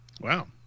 Wow